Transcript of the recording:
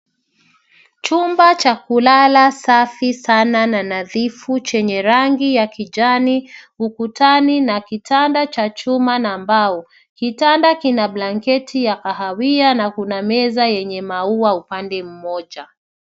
Chumba cha kulala safi sana na nadhifu chenye rangi ya kijani ukutani na kitanda cha chuma na mbao. Kitanda kina blanketi ya kahawia na kuna meza wenye maua upande mmoja.